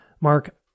Mark